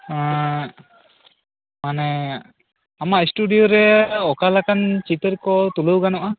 ᱢᱟᱱᱮ ᱟᱢᱟᱜ ᱤᱥᱴᱩᱰᱤᱭᱩ ᱨᱮ ᱚᱠᱟᱞᱮᱠᱟᱱ ᱪᱤᱛᱟ ᱨ ᱠᱚ ᱛᱩᱞᱟ ᱣ ᱜᱟᱱᱚᱜᱼᱟ